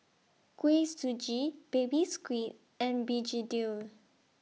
Kuih Suji Baby Squid and Begedil